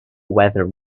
weather